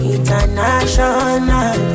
International